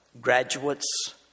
graduates